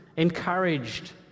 encouraged